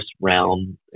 realm